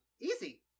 Easy